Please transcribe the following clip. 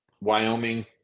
Wyoming